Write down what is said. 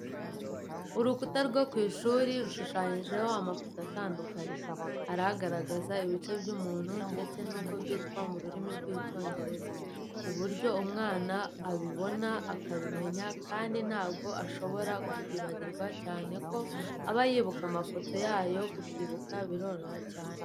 Urukuta rwo ku ishuri rushushanyijeho amafoto atandukanye, hari igaragaza ibice by'umuntu ndetse n'uko byitwa mu rurimi rw'Icyongereza ku buryo umwana abiboba akabimenya kandi ntabwo ashobora kubyibagirwa cyane ko aba yibuka amafoto yayo kubyibuka biroroha cyane.